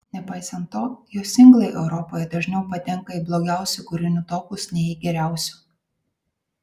nepaisant to jo singlai europoje dažniau patenka į blogiausių kūrinių topus nei į geriausių